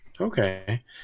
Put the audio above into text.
Okay